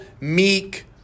meek